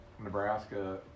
Nebraska